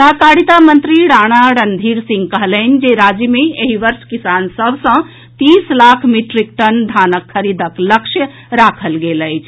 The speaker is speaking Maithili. सहकारिता मंत्री राणा रणधीर सिंह कहलनि जे राज्य मे एहि वर्ष किसान सभ सँ तीस लाख मीट्रिक टन धानक खरीदक लक्ष्य राखल गेल अछि